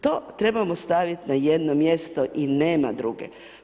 To trebamo staviti na jedno mjesto i nema druge.